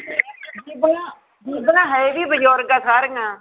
ਬੀਬੀਆਂ ਬੀਬੀਆਂ ਹੈ ਵੀ ਬਜ਼ੁਰਗ ਆ ਸਾਰੀਆਂ